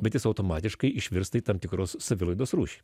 bet jis automatiškai išvirsta į tam tikros savilaidos rūšį